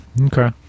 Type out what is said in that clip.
okay